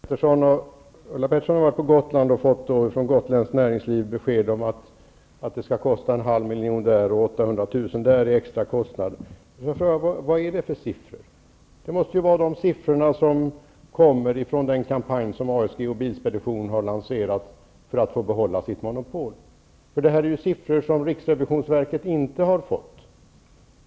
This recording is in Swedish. Fru talman! Eftersom Ulla Pettersson har varit på Gotland och från gotländskt näringsliv fått besked om att det skall bli en halv miljon där och 800 000 där i extrakostnader vill jag fråga: Vad är det för siffror? Det måste ju vara siffror som kommer från den kampanj som ASG och Bilspeditionen har fört i syfte att de skall få behålla sitt monopol. Men det här är ju siffror som riksrevisionsverket inte har fått.